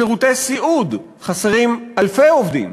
בשירותי סיעוד חסרים אלפי עובדים.